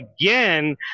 again